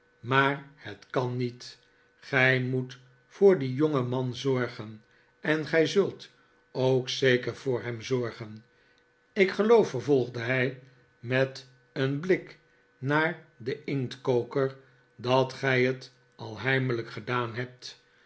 maar het kan niet gij moet voor dien jongeman zorgen en gij zult ook zeker voor hem zorgen ik geloof vervolgde hij met een blik naar den inktkoker dat gij het al heimelijk gedaan hebt